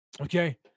Okay